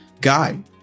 guy